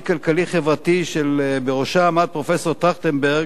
כלכלי-חברתי שבראשה עמד פרופסור טרכטנברג,